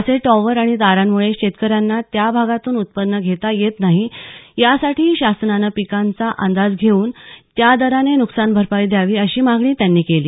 असे टॉवर आणि तारांमुळे शेतकऱ्यांना त्या भागातून उत्पन्न घेता येत नाही यासाठी शासनानं पिकांचा अंदाज घेऊन त्या दराने नुकसान भरपाई द्यावी अशी मागणी त्यांनी केली